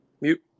Mute